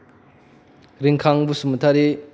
Rinkhang Basumatary